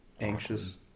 anxious